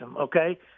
okay